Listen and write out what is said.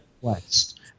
West